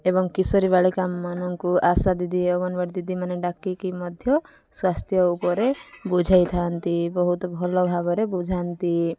ଏବଂ କିଶୋରୀ ବାଳିକା ମାନଙ୍କୁ ଆଶା ଦିଦି ଅଙ୍ଗନୱାଡ଼ି ଦିଦି ମାନେ ଡାକିକି ମଧ୍ୟ ସ୍ୱାସ୍ଥ୍ୟ ଉପରେ ବୁଝାଇଥାନ୍ତି ବହୁତ ଭଲ ଭାବରେ ବୁଝାନ୍ତି